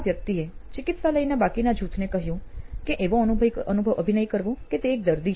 આ વ્યક્તિએ ચિકિત્સાલયના બાકીના જૂથને કહ્યું કે એવો અભિનય કરવો કે તે એક દર્દી છે